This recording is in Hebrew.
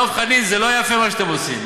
דב חנין, זה לא יפה מה שאתם עושים.